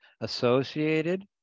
associated